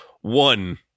one